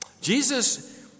Jesus